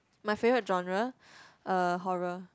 my favourite genre uh horror